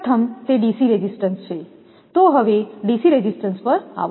પ્રથમ તે DC resistance છે તો હવે ડીસી રેઝિસ્ટન્સ પર આવો